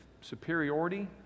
superiority